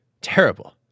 Terrible